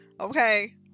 Okay